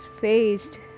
faced